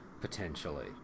potentially